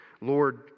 Lord